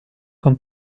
con